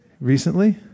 Recently